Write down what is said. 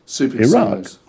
Iraq